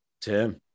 Tim